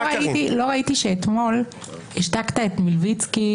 לא ראיתי שאתמול השתקת את מלביצקי